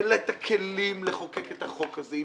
אין לה את הכלים לחוקק את החוק הזה,